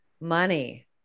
money